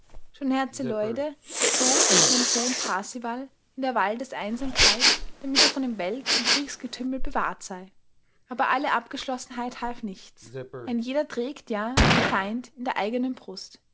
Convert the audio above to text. schon herzeloide erzog ihren sohn parsival in der waldeseinsamkeit damit er vor dem welt und kriegsgetümmel bewahrt sei aber alle abgeschlossenheit half nichts ein jeder trägt ja den feind in der eigenen brust